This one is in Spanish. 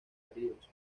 heridos